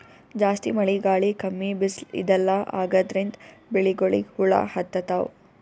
ಜಾಸ್ತಿ ಮಳಿ ಗಾಳಿ ಕಮ್ಮಿ ಬಿಸ್ಲ್ ಇದೆಲ್ಲಾ ಆಗಾದ್ರಿಂದ್ ಬೆಳಿಗೊಳಿಗ್ ಹುಳಾ ಹತ್ತತಾವ್